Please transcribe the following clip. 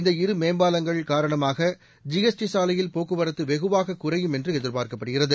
இந்த இரு மேம்பாலங்கள் காரணமாக ஜிஎஸ்டி சாலையில் போக்குவரத்து வெகுவாக குறையும் என்று எதிர்பார்க்கப்படுகிறது